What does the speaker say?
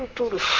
to the